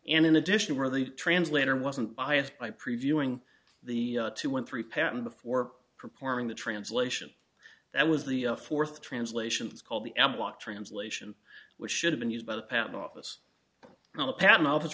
and in addition were the translator wasn't biased by previewing the two one three pattern before preparing the translation that was the fourth translations called the eb want translation which should've been used by the patent office now the patent office